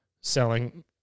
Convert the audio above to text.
selling